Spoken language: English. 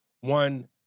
one